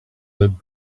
that